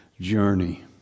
journey